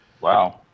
Wow